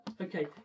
okay